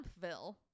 Hampville